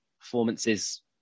performances